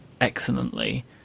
excellently